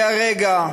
זה הרגע,